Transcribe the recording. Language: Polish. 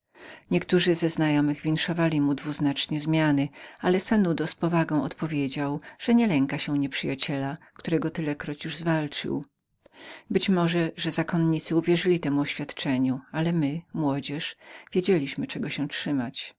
niektórzy z znajomych winszowali mu dwuznacznie tej zmiany ale sanudo z powagą odpowiedział że nie lęka się nieprzyjaciela którego od tak dawna już pokonał pokonał być może że szanowni ojcowie uwierzyli temu oświadczeniu ale my młodzież wiedzieliśmy czego się trzymać